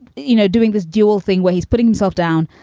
you know, doing this dual thing where he's putting himself down,